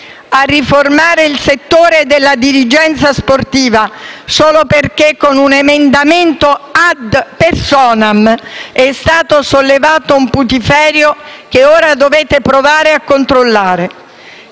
a riformare il settore della dirigenza sportiva, solo perché, con un emendamento *ad personam,* è stato sollevato un putiferio, che ora dovete provare a controllare.